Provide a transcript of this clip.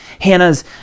Hannah's